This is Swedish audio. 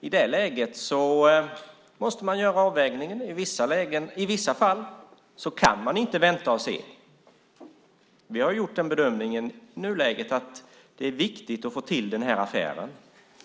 I det läget måste man göra avvägningar. I vissa fall kan man inte vänta och se. Vi har gjort bedömningen i nuläget att det är viktigt att få till den här affären.